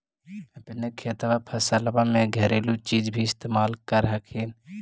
अपने खेतबा फसल्बा मे घरेलू चीज भी इस्तेमल कर हखिन?